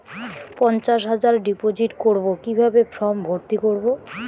পঞ্চাশ হাজার ডিপোজিট করবো কিভাবে ফর্ম ভর্তি করবো?